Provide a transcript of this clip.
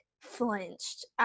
flinched